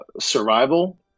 survival